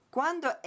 Quando